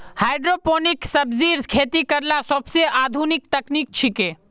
hydroponic सब्जिर खेती करला सोबसे आधुनिक तकनीक छिके